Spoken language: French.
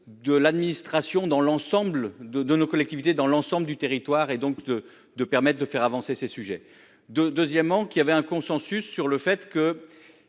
de l'administration dans l'ensemble de de nos collectivités dans l'ensemble du territoire et donc de de permettent de faire avancer ces sujets de. Deuxièmement qu'il y avait un consensus sur le fait que.